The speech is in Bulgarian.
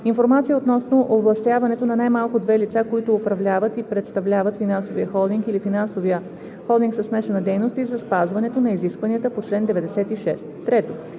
информация относно овластяването на най-малко две лица, които управляват и представляват финансовия холдинг или финансовия холдинг със смесена дейност, и за спазването на изискванията по чл. 96;